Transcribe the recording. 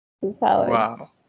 Wow